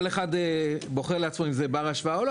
כל אחד בוחר לעצמו אם זה בר השוואה או לא,